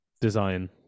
design